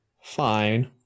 fine